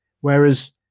Whereas